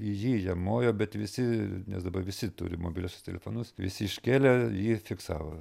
į jį jam mojo bet visi nes dabar visi turi mobiliuosius telefonus visi iškėlę ji fiksavo